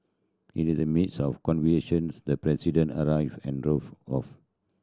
in the midst of the President arrived and drove off